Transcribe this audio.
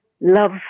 love